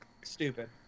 Stupid